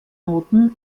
noten